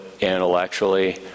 intellectually